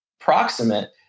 proximate